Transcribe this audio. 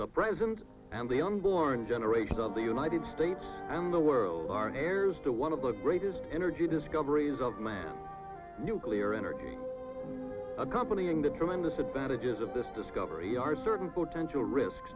the president and the unborn generations of the united states and the world are heirs to one of the greatest energy discoveries of man's nuclear energy accompanying the tremendous advantages of this discovery are certain potential risk